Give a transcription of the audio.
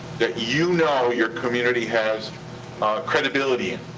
that you know your community has credibility in.